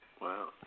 Wow